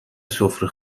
سفره